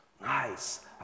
nice